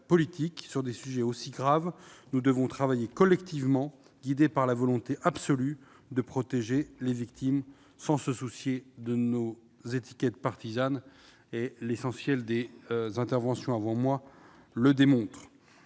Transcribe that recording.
sur des sujets aussi graves, nous devons travailler collectivement, guidés par la volonté absolue de protéger les victimes, sans considération de nos étiquettes partisanes. Pour l'essentiel, les interventions des orateurs